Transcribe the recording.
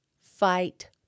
fight